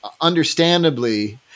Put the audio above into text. understandably